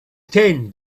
ten